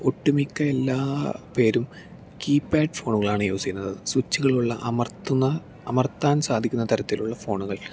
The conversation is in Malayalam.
ഒട്ടുമിക്ക എല്ലാപേരും കീപാഡ് ഫോണുകളാണ് യൂസ് ചെയ്തിരുന്നത് സ്വിച്ചുകളുള്ള അമർത്തുന്ന അമർത്താൻ സാധിക്കുന്ന തരത്തിലുള്ള ഫോണുകൾ